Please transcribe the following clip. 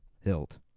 hilt